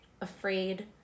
afraid